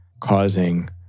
causing